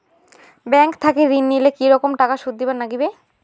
Bank থাকি ঋণ নিলে কি রকম টাকা সুদ দিবার নাগিবে?